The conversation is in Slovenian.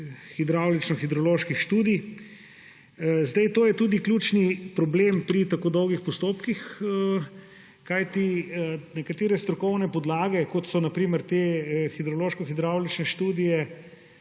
hidravlično-hidroloških študij. To je tudi ključni problem pri tako dolgih postopkih, kajti nekatere strokovne podlage, kot so na primer te hidrološko-hidravlične študije,